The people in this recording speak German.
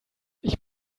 ich